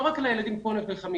לא רק על הילד שפה אנחנו נלחמים,